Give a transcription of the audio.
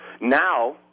Now